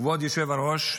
כבוד היושב-ראש,